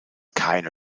keine